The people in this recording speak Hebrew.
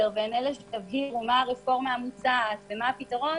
והן אלה שיבהירו מה הרפורמה המוצעת ומה הפתרון